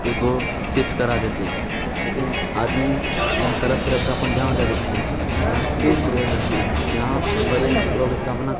एगो सिफ्ट करा देतै लेकिन आदमी यहाँ तड़प तड़प कऽ अपन जान दए दै छै यहाँ कोइ सुविधा नहि छै यहाँ बड़ी मुश्किलोंके सामना